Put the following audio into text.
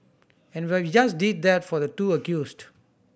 and we just did that for the two accused